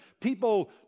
people